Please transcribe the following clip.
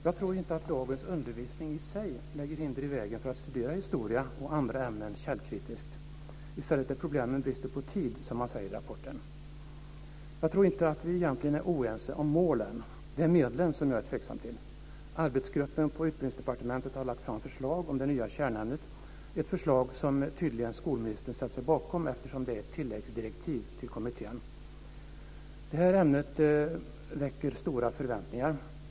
Jag tror inte att dagens undervisning i sig lägger hinder i vägen för att studera historia och andra ämnen källkritiskt. I stället är problemet bristen på tid, som man säger i rapporten. Jag tror inte att vi egentligen är oense om målen. Det är medlen jag är tveksam till. Arbetsgruppen på Utbildningsdepartementet har lagt fram ett förslag om det nya kärnämnet, ett förslag som tydligen skolministern ställt sig bakom eftersom det är ett tilläggsdirektiv till kommittén. Det här ämnet väcker stora förväntningar.